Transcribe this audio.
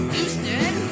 Houston